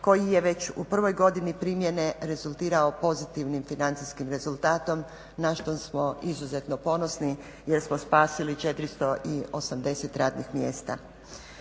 koji je već u prvoj godini primjene rezultirao pozitivnim financijskim rezultatom na što smo izuzetno ponosni jer smo spasili 480 radnih mjesta.